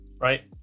right